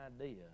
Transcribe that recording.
idea